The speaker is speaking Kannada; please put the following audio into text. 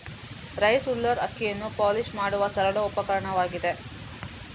ರೈಸ್ ಉಲ್ಲರ್ ಅಕ್ಕಿಯನ್ನು ಪಾಲಿಶ್ ಮಾಡುವ ಸರಳ ಉಪಕರಣವಾಗಿದೆ